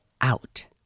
out